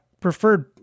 preferred